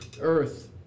earth